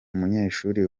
munyeshuri